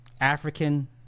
African